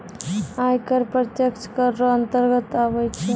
आय कर प्रत्यक्ष कर रो अंतर्गत आबै छै